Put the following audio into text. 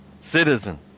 Citizen